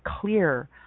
clear